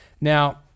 Now